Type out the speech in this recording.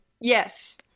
Yes